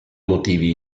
motivi